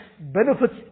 benefits